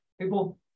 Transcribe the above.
People